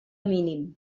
mínim